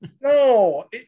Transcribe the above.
no